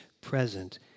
present